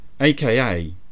aka